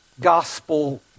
gospel